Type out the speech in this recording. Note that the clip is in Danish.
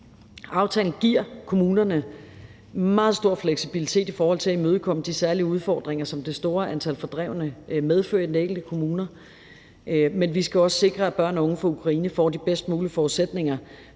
Aftalen giver kommunerne meget stor fleksibilitet i forhold til at imødekomme de særlige udfordringer, som det store antal fordrevne medfører i de enkelte kommuner. Men vi skal også sikre, at børn og unge fra Ukraine får de bedst mulige forudsætninger